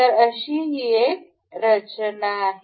तर अशी ही एक रचना आहे